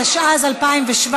התשע"ז 2017,